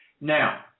Now